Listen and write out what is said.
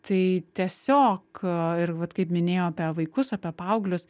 tai tiesiog ir vat kaip minėjau apie vaikus apie paauglius